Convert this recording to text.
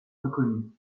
reconnus